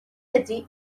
ydy